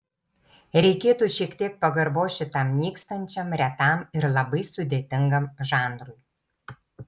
reikėtų šiek tiek pagarbos šitam nykstančiam retam ir labai sudėtingam žanrui